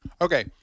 Okay